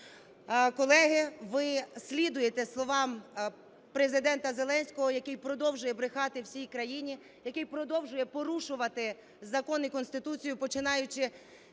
Колеги, ви слідуєте словам Президента Зеленського, який продовжує брехати всій країні, який продовжує порушувати закон і Конституцію, починаючи